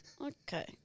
Okay